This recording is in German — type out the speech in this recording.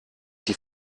die